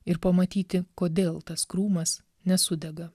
ir pamatyti kodėl tas krūmas nesudega